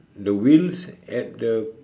the wheels at the